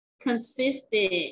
consistent